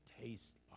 taste